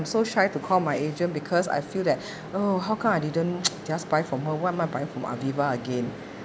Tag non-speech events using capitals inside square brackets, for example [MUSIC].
so shy to call my agent because I feel that oh how come I didn't [NOISE] just buy from her why am I buying from Aviva again